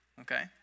Okay